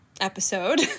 episode